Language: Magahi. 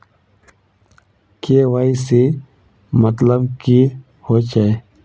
के.वाई.सी मतलब की होचए?